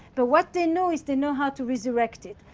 but what they know is they know how to resurrect it.